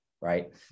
right